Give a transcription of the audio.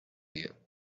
you